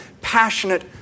passionate